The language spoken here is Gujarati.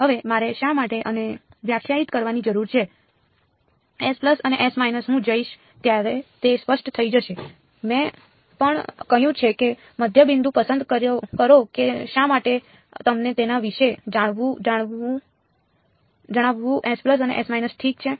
હવે મારે શા માટે આને વ્યાખ્યાયિત કરવાની જરૂર છે અને હું જઈશ ત્યારે તે સ્પષ્ટ થઈ જશે મેં પણ કહ્યું છે કે મધ્યબિંદુ પસંદ કરો કે શા માટે તમને તેના વિશે જણાવવું અને ઠીક છે